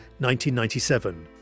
1997